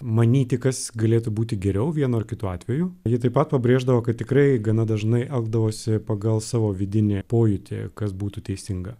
manyti kas galėtų būti geriau vienu ar kitu atveju ji taip pat pabrėždavo kad tikrai gana dažnai elgdavosi pagal savo vidinį pojūtį kas būtų teisinga